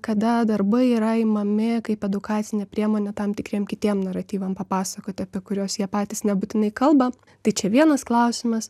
kada darbai yra imami kaip edukacinė priemonė tam tikriem kitiem naratyvam papasakoti apie kuriuos jie patys nebūtinai kalba tai čia vienas klausimas